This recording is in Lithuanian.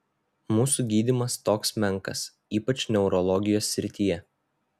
mūsų gydymas toks menkas ypač neurologijos srityje